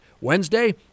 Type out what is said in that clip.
Wednesday